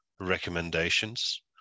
recommendations